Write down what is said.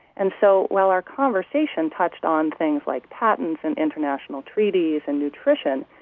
and so while our conversation touched on things like patents, and international treaties and nutrition,